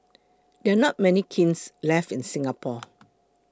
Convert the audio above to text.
there are not many kilns left in Singapore